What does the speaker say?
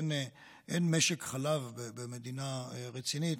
אין במדינה רצינית